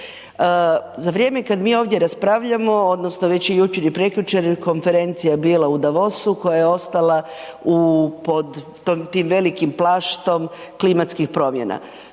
Za vrijeme kad mi ovdje raspravljamo odnosno već i jučer i prekjučer je konferencija bila u Davosu koja je ostala, u, pod, tim velikim plaštom klimatskih promjena